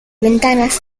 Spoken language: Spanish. ventanas